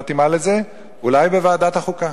אולי בוועדת החוקה,